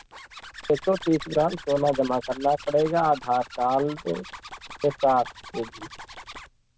एक सौ तीस ग्राम सोना जमा करना पड़ेगा आधार काल पर उसके साथ होगी